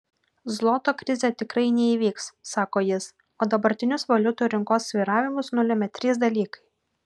zloto krizė tikrai neįvyks sako jis o dabartinius valiutų rinkos svyravimus nulėmė trys dalykai